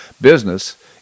business